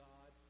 God